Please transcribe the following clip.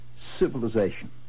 civilization